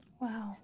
Wow